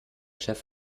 chef